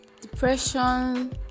Depression